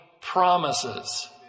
promises